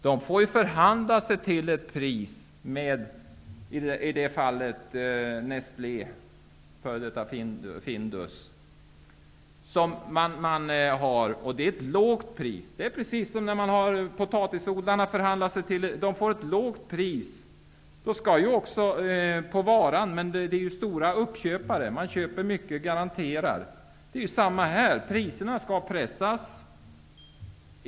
De får förhandla sig till ett pris med Nestlé, f.d. Findus. Det blir ett lågt pris. Precis på samma sätt får potatisodlarna förhandla sig till ett pris, och de får ett lågt pris på varan. Det är fråga om stora uppköpare som garanterat köper mycket. Det är samma sak här: priserna skall pressas.